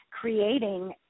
creating